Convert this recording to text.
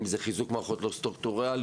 אם זה חיזוק מערכות לא סטורקטורליות,